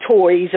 toys